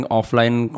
offline